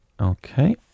Okay